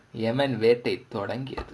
எமன் வேட்டை தொடங்கியது:eman vettai thodangiyathu